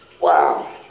Wow